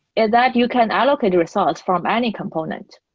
and that you can allocate results from any component.